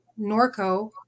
norco